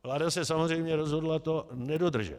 Vláda se samozřejmě rozhodla to nedodržet.